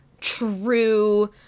true